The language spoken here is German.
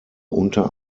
unter